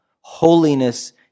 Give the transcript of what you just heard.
Holiness